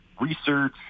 research